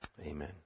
Amen